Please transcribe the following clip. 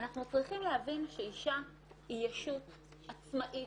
אנחנו צריכים להבין שאישה היא ישות עצמאית,